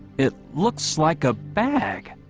it looks like a bag